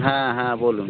হ্যাঁ হ্যাঁ বলুন